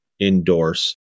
endorse